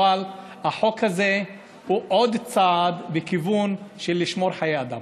אבל החוק הזה הוא עוד צעד בכיוון של לשמור חיי אדם.